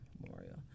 Memorial